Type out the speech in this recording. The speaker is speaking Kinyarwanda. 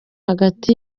hagati